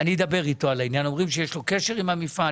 אני אדבר איתו, כי אומרים שיש לו קשר עם המפעל.